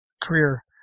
career